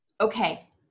Okay